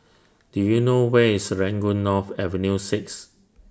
Do YOU know Where IS Serangoon North Avenue six